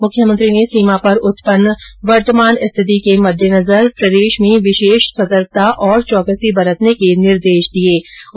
मुख्यमंत्री ने सीमा पर उत्पन्न वर्तमान स्थिति के मददेनजर प्रदेश में विशेष सतर्कता और चौकसी बरतने के निर्देश दिए गए